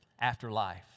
afterlife